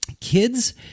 Kids